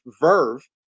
verve